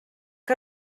que